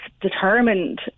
determined